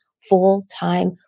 full-time